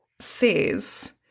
says